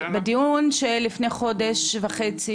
בדיון של לפני חודש וחצי,